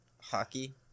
hockey